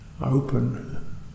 open